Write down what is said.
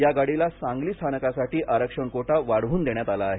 या गाडीला सांगली स्थानकासाठी आरक्षण कोटा वाढवून देण्यात आला आहे